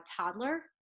toddler